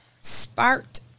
sparked